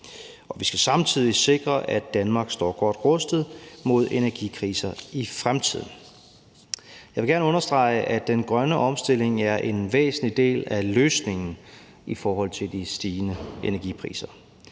Vi skal samtidig sikre, at Danmark står godt rustet mod energikriser i fremtiden. Jeg vil gerne understrege, at den grønne omstilling er en væsentlig del af løsningen i forhold til de stigende energipriser.